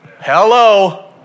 Hello